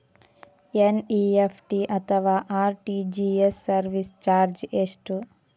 NEFT ಅಥವಾ RTGS service charge ಎಷ್ಟು?